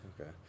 Okay